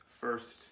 first